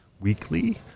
weekly